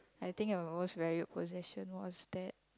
I think my most valued possession was that